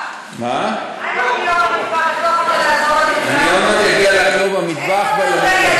מה עם הכיור במטבח, אני עוד מעט אגיע לכיור במטבח,